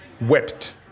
wept